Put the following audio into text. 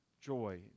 joy